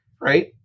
right